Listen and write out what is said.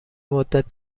مدت